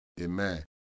Amen